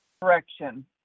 Correction